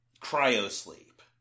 cryo-sleep